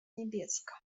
niebieska